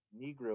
negro